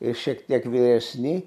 ir šiek tiek vyresni